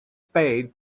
spade